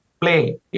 play